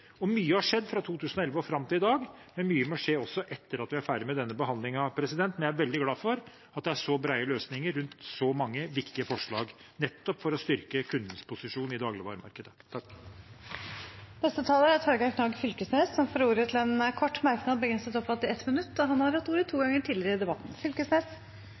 viktig. Mye har skjedd fra 2011 og fram til i dag, men mye må skje også etter at vi er ferdig med denne behandlingen. Jeg er veldig glad for at det er så brede løsninger rundt så mange viktige forslag, for nettopp å styrke kundens posisjon i dagligvaremarkedet. Representanten Torgeir Knag Fylkesnes har hatt ordet to ganger tidligere og får ordet til en kort merknad, begrenset til 1 minutt. Framstegspartiet, der har vi eit parti! I